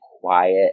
quiet